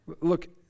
look